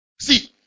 see